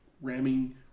ramming